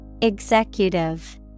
Executive